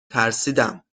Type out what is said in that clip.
ترسیدم